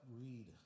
read